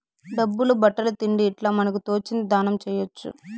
డబ్బులు బట్టలు తిండి ఇట్లా మనకు తోచింది దానం చేయొచ్చు